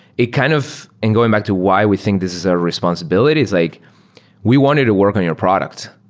it kind of and going back to why we think this is our responsibility, is like we wanted to work on your product.